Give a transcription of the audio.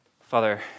Father